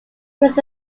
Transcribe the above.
this